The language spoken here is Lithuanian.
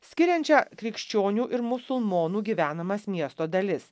skiriančią krikščionių ir musulmonų gyvenamas miesto dalis